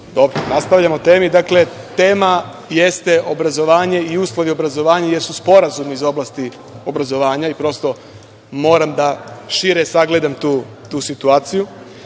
Dobro. Nastavljam o temi. Dakle, tema jeste obrazovanje i uslovi obrazovanja, jer su sporazumi iz oblasti obrazovanja, i prosto moram šire da sagledam tu situaciju. Dakle,